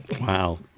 wow